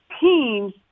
team's